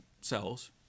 cells